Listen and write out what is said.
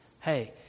Hey